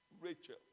Rachel